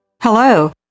Hello